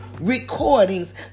recordings